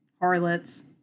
harlots